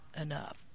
enough